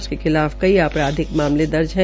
उसके खिलाफ कई अपराधिक मामले दर्ज है